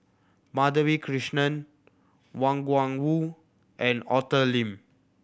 Madhavi Krishnan Wang Gungwu and Arthur Lim